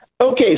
Okay